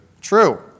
True